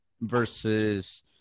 versus